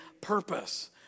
purpose